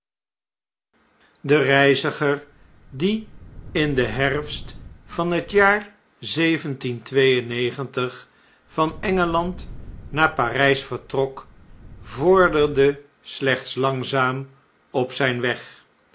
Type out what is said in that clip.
de reiziger die in den herfst van het jaar van engeland naar parjjs vertrok vorderde slechts langzaam op zjjnweg hg